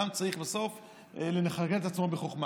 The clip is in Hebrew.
אדם צריך בסוף לכלכל את עצמו בחוכמה.